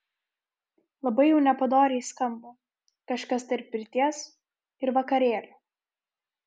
labai jau nepadoriai skamba kažkas tarp pirties ir vakarėlio